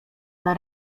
dla